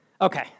Okay